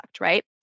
right